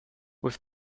with